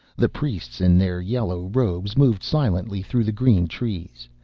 the priests in their yellow robes moved silently through the green trees,